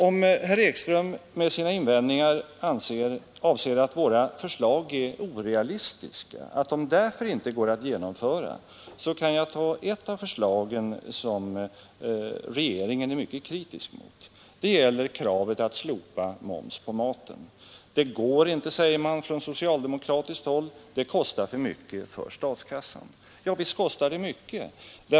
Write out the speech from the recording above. Om herr Ekström med sina invändningar avser att våra förslag är orealistiska och att de därför inte kan genomföras, kan jag ta upp ett av de förslag som regeringen är mycket kritisk mot. Det gäller kravet att slopa moms på maten. Det går inte, säger man på socialdemokratiskt håll. Det kostar för mycket för statskassan. Ja, visst kostar det mycket.